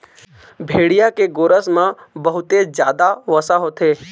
भेड़िया के गोरस म बहुते जादा वसा होथे